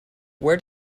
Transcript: where